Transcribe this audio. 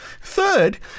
Third